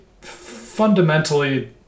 fundamentally